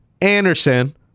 Anderson